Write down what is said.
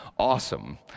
awesome